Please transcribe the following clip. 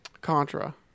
contra